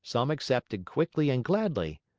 some accepted quickly and gladly.